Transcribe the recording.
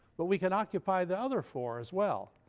but we can occupy the other four as well.